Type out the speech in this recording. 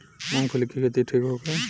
मूँगफली के खेती ठीक होखे?